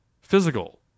physical